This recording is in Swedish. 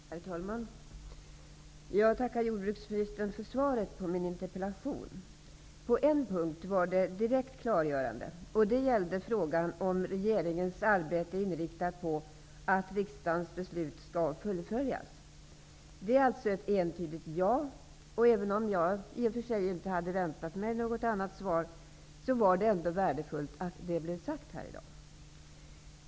Herr talman! Jag tackar jordbruksministern för svaret på min interpellation. På en punkt var svaret direkt klargörande, nämligen när det gäller frågan om huruvida regeringens arbete är inriktat på att fullfölja riksdagens beslut. Svaret är alltså ett entydigt ja. Även om jag i och för sig inte hade väntat mig något annat svar, var det värdefullt att det blev sagt här i dag.